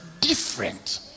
different